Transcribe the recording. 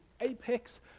apex